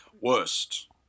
Worst